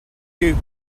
you